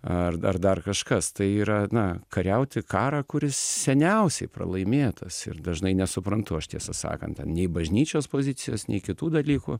ar dar dar kažkas tai yra na kariauti karą kuris seniausiai pralaimėtas ir dažnai nesuprantu aš tiesą sakant ten nei bažnyčios pozicijos nei kitų dalykų